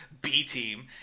B-Team